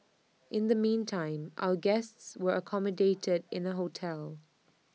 in the meantime our guests were accommodated in A hotel